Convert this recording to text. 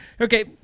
okay